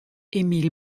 émile